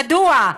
מדוע?